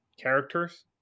characters